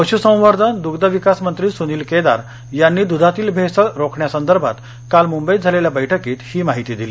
पशुसंवर्धन दृग्धविकास मंत्री सुनील केदार यांनी द्धातील भेसळ रोखण्यासंदर्भात काल मुंबईत झालेल्या बैठकीत ही माहिती दिली